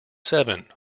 seven